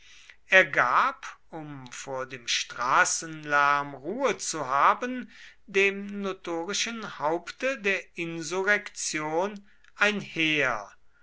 er gab um vor dem straßenlärm ruhe zu haben dem notorischen haupte der insurrektion ein heer